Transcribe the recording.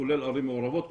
כולל ערים מעורבות,